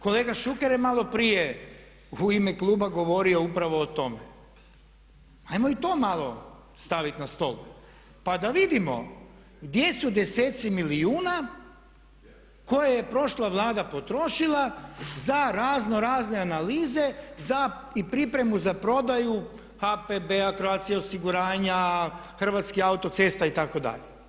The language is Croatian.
Kolega Šuker je maloprije rekao u ime kluba govorio upravo o tome, ajmo i to malo staviti na stol, pa da vidimo gdje su deseci milijuna koje je prošla Vlada potrošila za razno razne analize, za i pripremu za prodaju HPB-a, Croatia osiguranja, Hrvatskih autocesta itd.